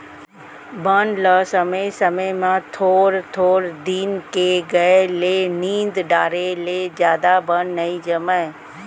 बन ल समे समे म थोर थोर दिन के गए ले निंद डारे ले जादा बन नइ जामय